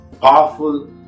powerful